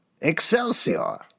Excelsior